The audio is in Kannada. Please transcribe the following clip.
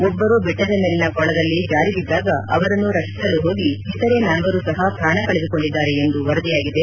ಒಬ್ಬರು ಬೆಟ್ವದ ಮೇಲಿನ ಕೊಳದಲ್ಲಿ ಜಾರಿಬಿದ್ದಾಗ ಅವರನ್ನು ರಕ್ಷಿಸಲು ಹೋಗಿ ಇತರೆ ನಾಲ್ವರೂ ಸಹ ಪ್ರಾಣ ಕಳೆದುಕೊಂಡಿದ್ದಾರೆ ಎಂದು ವರದಿಯಾಗಿದೆ